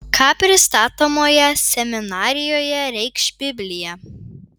ką pristatomoje seminarijoje reikš biblija